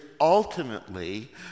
ultimately